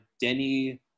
Denny